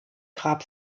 grab